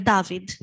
David